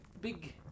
big